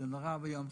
זה נורא ואיום.